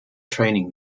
training